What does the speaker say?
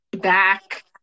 back